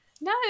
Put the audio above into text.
no